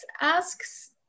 asks